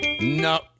No